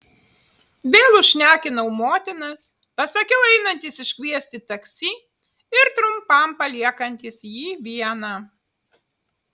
vėl užšnekinau motinas pasakiau einantis iškviesti taksi ir trumpam paliekantis jį vieną